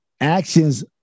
Actions